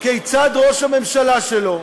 רואה כיצד ראש הממשלה שלו